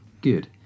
Good